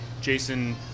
Jason